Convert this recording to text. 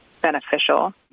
beneficial